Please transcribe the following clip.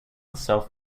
self